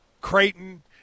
Creighton